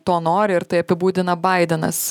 to nori ir tai apibūdina baidenas